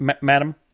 Madam